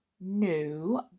new